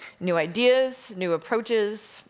new ideas, new approaches,